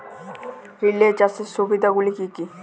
Relay চাষের সুবিধা গুলি কি কি?